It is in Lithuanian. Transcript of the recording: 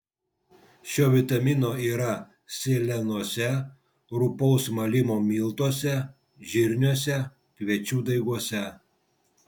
šio vitamino yra sėlenose rupaus malimo miltuose žirniuose kviečių daiguose